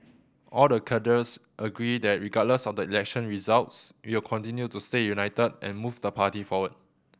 all the cadres agree that regardless of the election results we'll continue to stay united and move the party forward